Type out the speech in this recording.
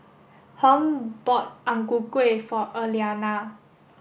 Hung bought Ang Ku Kueh for Elianna